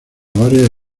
varias